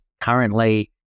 currently